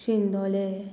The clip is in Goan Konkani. शिंदोले